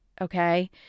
Okay